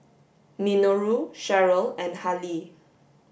Minoru Cherryl and Hali